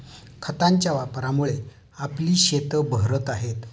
खतांच्या वापरामुळे आपली शेतं बहरत आहेत